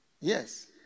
Yes